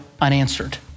unanswered